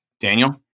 Daniel